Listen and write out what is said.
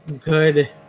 good